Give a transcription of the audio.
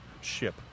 ship